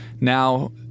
now